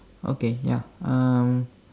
okay ya uh